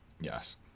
Yes